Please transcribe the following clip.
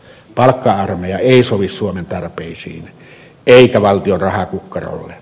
palkka armeija ei sovi suomen tarpeisiin eikä valtion rahakukkarolle